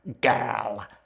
girl